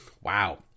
wow